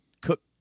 cook